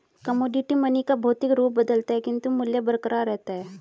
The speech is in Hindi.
कमोडिटी मनी का भौतिक रूप बदलता है किंतु मूल्य बरकरार रहता है